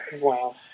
Wow